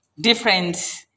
different